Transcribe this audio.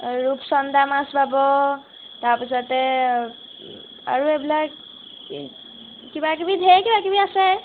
ৰূপচন্দা মাছ পাব তাৰপাছতে আৰু এইবিলাক কিবাকিবি ঢেৰ কিবাকিবি আছে